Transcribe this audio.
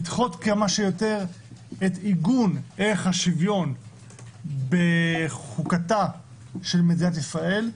לדחות כמה שיותר את עיגון ערך השוויון בחוקתה של מדינת ישראל,